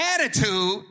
attitude